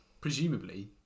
presumably